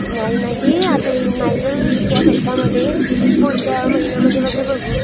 नाही नाही आता नाही जर या सप्ताहामध्ये पुढच्या महिन्यामध्ये वगैरे बघू